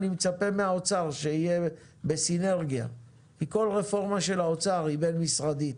אני מצפה מהאוצר שיהיה בסינרגיה כי כל רפורמה של האוצר היא בין-משרדית.